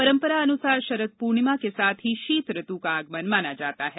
परंपरा अनुसार शरद पूर्णिमा के साथ ही शीत ऋत् आ आगमन माना जाता है